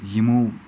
یِمو